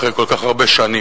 אחרי כל כך הרבה שנים.